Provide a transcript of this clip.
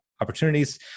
opportunities